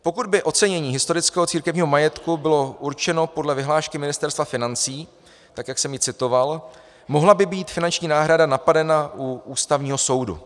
Pokud by ocenění historického církevního majetku bylo určeno podle vyhlášky Ministerstva financí, jak jsem ji citoval, mohla by být finanční náhrada napadena u Ústavního soudu.